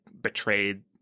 betrayed